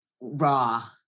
Raw